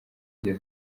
rya